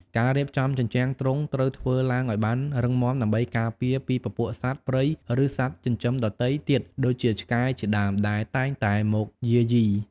ការរៀបចំជញ្ជាំងទ្រុងត្រូវធ្វើឡើងឲ្យបានរឹងមាំដើម្បីការពារពីពពួកសត្វព្រៃឬសត្វចិញ្ចឹមដទៃទៀតដូចជាឆ្កែជាដើមដែលតែងតែមកយាយី។